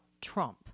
Trump